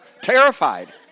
terrified